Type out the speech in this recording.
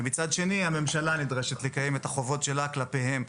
ומצד שני הממשלה נדרשת לקיים את החובות שלה כלפיהם.